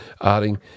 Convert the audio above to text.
Adding